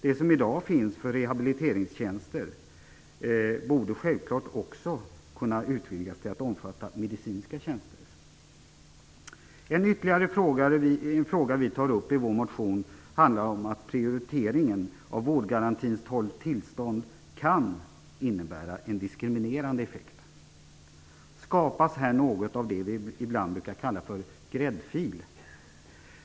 Det som i dag finns för rehabiliteringstjänster borde självklart också kunna utvidgas till att omfatta medicinska tjänster. En ytterligare fråga vi tar upp i vår motion handlar om att prioriteringen av vårdgarantins tolv tillstånd kan få en diskriminerande effekt. Skapas här något av det vi ibland kallar för "gräddfil"?